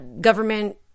government